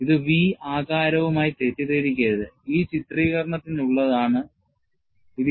ഇത് V ആകാരവുമായി തെറ്റിദ്ധരിക്കരുത്